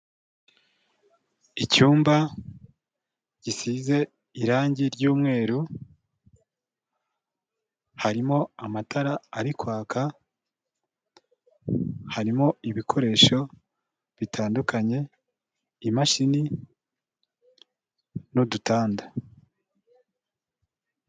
Icyumba gisize irangi ry'umweru, harimo amatara ari kwaka, harimo ibikoresho bitandukanye, imashini n'udutanda.